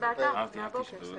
כן, זה באתר, מהבוקר.